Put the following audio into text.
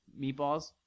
meatballs